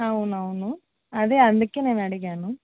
అవునవును అదే అందుకే నేను అడిగాను